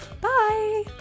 Bye